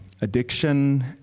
addiction